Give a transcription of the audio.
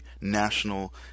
national